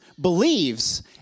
believes